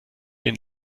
den